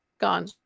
gone